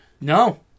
No